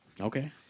Okay